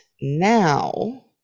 now